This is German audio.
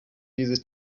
dieses